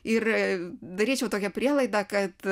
ir daryčiau tokią prielaidą kad